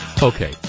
Okay